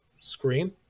Screen